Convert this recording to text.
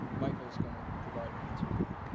michael's going to provide an answer to that.